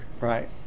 Right